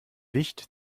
wicht